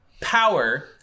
power